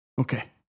Okay